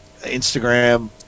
Instagram